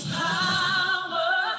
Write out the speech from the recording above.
power